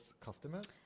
customers